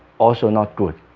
also not good.